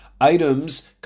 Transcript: items